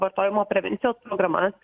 vartojimo prevencijos programas